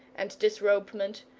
and disrobement,